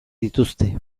dituzte